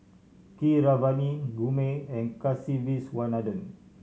Keeravani Gurmeet and Kasiviswanathan